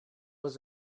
was